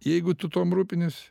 jeigu tu tuom rūpinies